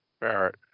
Barrett